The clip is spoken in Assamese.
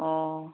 অঁ